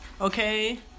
Okay